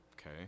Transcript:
Okay